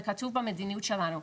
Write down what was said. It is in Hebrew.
זה כתוב במדיניות שלנו,